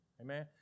Amen